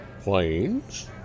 Planes